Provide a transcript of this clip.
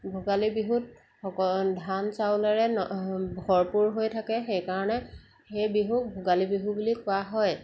ভোগালী বিহুত ধান চাউলেৰে ভৰপূৰ হৈ থাকে হেইকাৰণে সেই বিহুক ভোগালী বিহু বুলি কোৱা হয়